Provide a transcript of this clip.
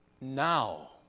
now